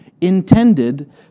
intended